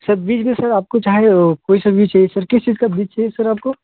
sir बीज में sir आपको चाहे ओ कोई सा बीज चाहिए सर किस चीज़ का बीज चाहिए सर आपको